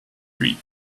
three